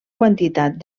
quantitat